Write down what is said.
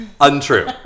untrue